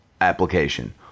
application